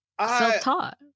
self-taught